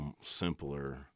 simpler